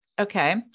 Okay